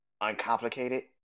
uncomplicated